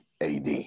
AD